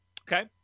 Okay